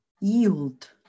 Yield